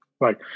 right